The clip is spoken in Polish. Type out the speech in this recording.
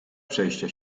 przejścia